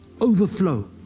overflow